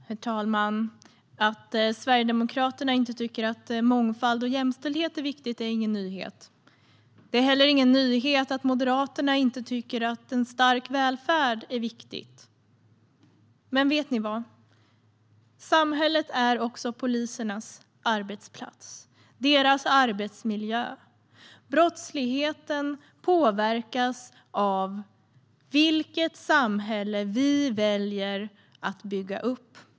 Herr talman! Att Sverigedemokraterna inte tycker att mångfald och jämställdhet är viktigt är ingen nyhet. Det är heller ingen nyhet att Moderaterna inte tycker att en stark välfärd är viktig. Men vet ni vad! Samhället är också polisernas arbetsplats - deras arbetsmiljö. Brottsligheten påverkas av vilket samhälle vi väljer att bygga upp.